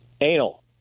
Anal